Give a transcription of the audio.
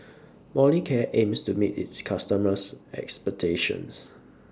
Molicare aims to meet its customers' expectations